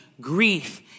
grief